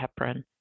heparin